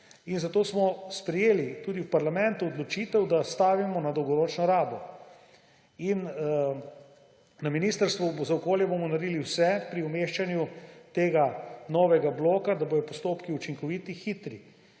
In zato smo sprejeli tudi v parlamentu odločitev, da stavimo na dolgoročno rabo. Na Ministrstvu za okolje in prostor bomo naredili vse pri umeščanju tega novega bloka, da bojo postopki učinkoviti, hitri.